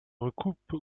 recoupe